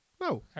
No